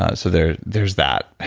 ah so there's there's that.